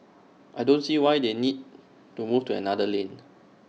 I don't see why they need to move to another lane